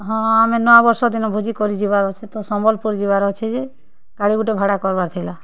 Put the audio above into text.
ହଁ ଆମେ ନୂଆବର୍ଷ ଦିନ ଭୋଜି କରିଯିବାର୍ ଅଛେ ତ ସମ୍ବଲ୍ପୁର୍ ଯିବାର୍ଅଛେ ଯେ ଗାଡ଼ି ଗୁଟେ ଭଡ଼ା କର୍ବାର୍ ଥିଲା